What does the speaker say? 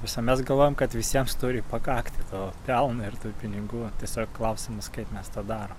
visuomet galvojam kad visiems turi pakakti to pelno ir tų pinigų tiesiog klausimas kaip mes tą darom